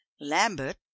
lambert